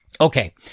Okay